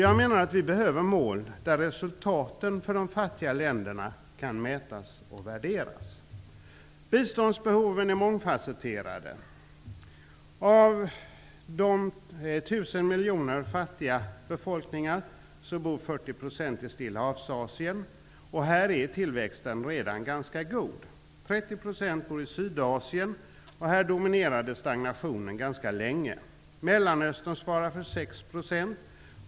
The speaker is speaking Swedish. Jag menar att vi behöver mål där resultaten för de fattiga länderna kan mätas och värderas. Biståndsbehoven är mångfasetterade. Av de 1 000 Stillahavsasien, och här är tillväxten redan ganska god. 30 % bor i Sydasien, och här dominerade stagnationen ganska länge. Mellanöstern svarar för 6 %.